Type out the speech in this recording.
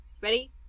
Ready